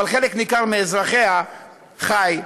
אבל חלק ניכר מאזרחיה חי במצוקה.